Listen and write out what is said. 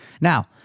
now